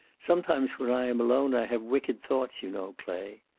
sometimes when i am alone i have wicked thoughts, you know, clay.